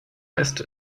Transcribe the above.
ist